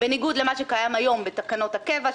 בניגוד למה שקיים היום בתקנות הקבע,